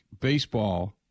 baseball